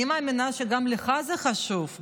אני מאמינה שגם לך זה חשוב,